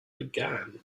began